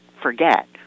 forget